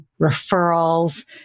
referrals